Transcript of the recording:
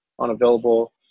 unavailable